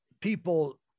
people